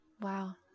Wow